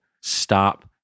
stop